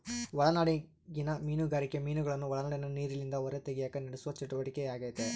ಒಳನಾಡಿಗಿನ ಮೀನುಗಾರಿಕೆ ಮೀನುಗಳನ್ನು ಒಳನಾಡಿನ ನೀರಿಲಿಂದ ಹೊರತೆಗೆಕ ನಡೆಸುವ ಚಟುವಟಿಕೆಯಾಗೆತೆ